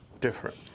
different